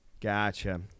Gotcha